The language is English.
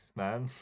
man